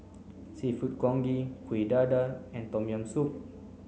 Seafood Congee Kuih Dadar and Tom Yam Soup